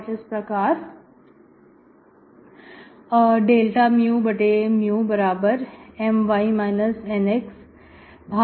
और इस प्रकार dμMy NxNvx Mvy1 2xy1 2v हो जाएगा